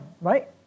right